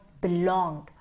belonged